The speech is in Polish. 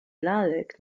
lalek